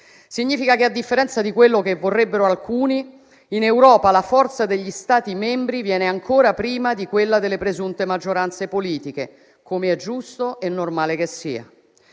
Significa che, a differenza di quello che vorrebbero alcuni, in Europa la forza degli Stati membri viene ancora prima di quella delle presunte maggioranze politiche, com'è giusto e normale che sia.